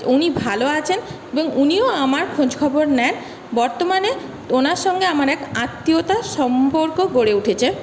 উনি ভালো আছেন এবং উনিও আমার খোঁজখবর নেন বর্তমানে ওঁর সঙ্গে আমার এক আত্মীয়তার সম্পর্ক গড়ে উঠেছে